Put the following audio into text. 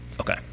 Okay